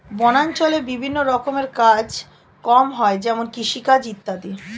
বনাঞ্চলে বিভিন্ন রকমের কাজ কম হয় যেমন কৃষিকাজ ইত্যাদি